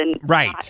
Right